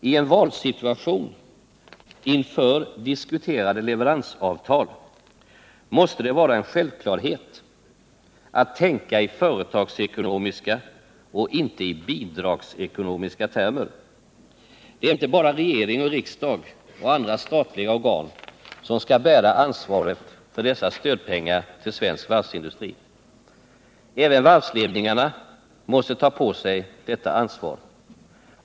I en valsituation inför diskuterade leveransavtal måste det vara en självklarhet att tänka i företagsekonomiska och inte i bidragsekonomiska termer. Det är inte bara regering och riksdag och andra statliga organ som skall bära ansvaret för dessa stödpengar till svensk varvsindustri. Även varvsledningarna måste ta på sig detta ansvar.